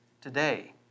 today